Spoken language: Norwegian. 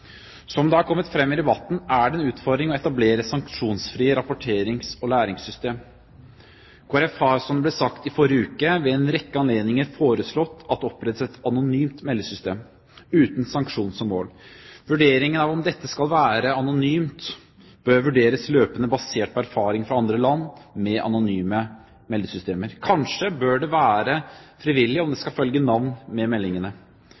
Som det har kommet frem i debatten, er det en utfordring å etablere sanksjonsfrie rapporterings- og læringssystem. Kristelig Folkeparti har, som det ble sagt i forrige uke, ved en rekke anledninger foreslått at det opprettes et anonymt meldesystem, uten sanksjon som mål. Om dette skal være anonymt, bør vurderes løpende basert på erfaringer fra andre land med anonyme meldesystemer. Kanskje bør det være frivillig om det skal følge navn med meldingene.